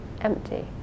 empty